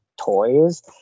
toys